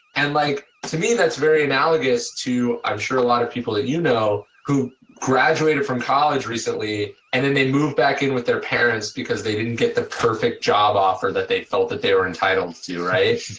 and like to me that's very analogous to i'm sure a lot of people that you know who graduated from college recently and then they moved back in with their parents because they didn't get the perfect job offer that they felt that they're entitled to do, right.